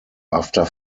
after